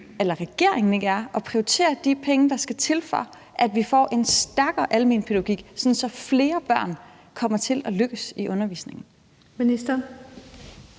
eller regeringen ikke er mere optaget af at prioritere de penge, der skal til, for at vi får en stærkere almenpædagogik, sådan at flere børn kommer til at lykkes i undervisningen.